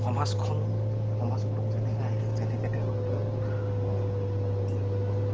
সমাজখন সমাজখনত যেনেকৈ আহি যেনেকৈ তেওঁলোকে